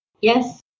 Yes